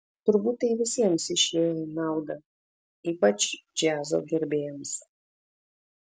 turbūt tai visiems išėjo į naudą ypač džiazo gerbėjams